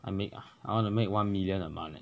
I make I wanna make one million a month eh